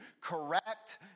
correct